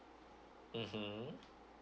mm